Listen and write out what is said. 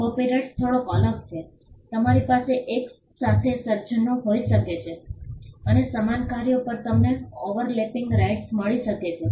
copyright થોડો અલગ છે તમારી પાસે એક સાથે સર્જનો હોઈ શકે છે અને સમાન કાર્યો પર તમને ઓવરલેપિંગ રાઇટ્સ મળી શકે છે